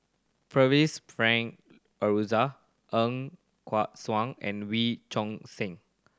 Percival Frank Aroozoo Ng Kat Suan and Wee Choon Seng